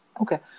Okay